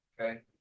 Okay